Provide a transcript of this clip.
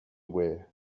wear